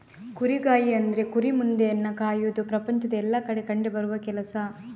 ಕುರಿಗಾಹಿ ಅಂದ್ರೆ ಕುರಿ ಮಂದೆಯನ್ನ ಕಾಯುವುದು ಪ್ರಪಂಚದ ಎಲ್ಲಾ ಕಡೆ ಕಂಡು ಬರುವ ಕೆಲಸ